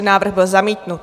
Návrh byl zamítnut.